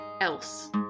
else